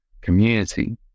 community